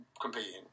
competing